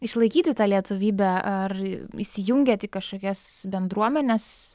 išlaikyti tą lietuvybę ar įsijungėt į kažkokias bendruomenes